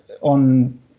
on